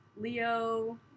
Leo